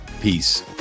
Peace